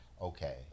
okay